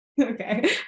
Okay